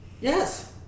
Yes